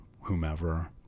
whomever